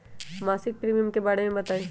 मासिक प्रीमियम के बारे मे बताई?